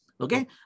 okay